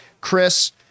Chris